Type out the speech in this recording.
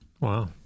Wow